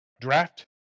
Draft